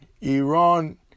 Iran